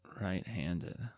right-handed